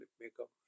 makeup